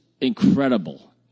incredible